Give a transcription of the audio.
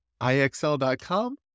IXL.com